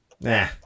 Nah